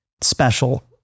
special